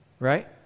Right